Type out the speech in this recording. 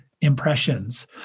impressions